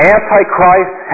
Antichrist